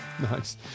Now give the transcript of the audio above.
Nice